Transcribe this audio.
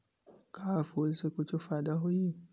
का फूल से कुछु फ़ायदा होही?